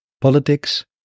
politics